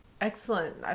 Excellent